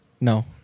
No